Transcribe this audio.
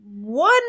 one